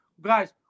Guys